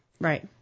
Right